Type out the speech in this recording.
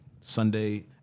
Sunday